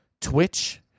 twitch